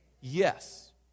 Yes